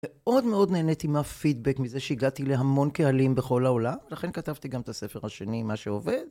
מאוד מאוד נהניתי מהפידבק מזה שהגעתי להמון קהלים בכל העולם, ולכן כתבתי גם את הספר השני, מה שעובד.